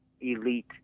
elite